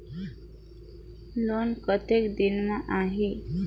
Loan कतेक दिन मे आही?